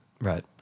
Right